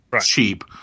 cheap